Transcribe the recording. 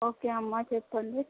okay అమ్మా చెప్పండి